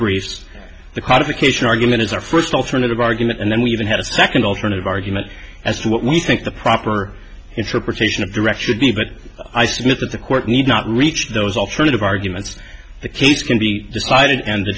briefs the qualification argument is our first alternative argument and then we even have a second alternative argument as to what we think the proper interpretation of direction be but i submit that the court need not reach those alternative arguments the case can be decided and t